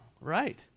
right